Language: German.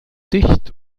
dicht